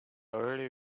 early